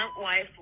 wife